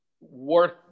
worth